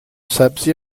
سبزی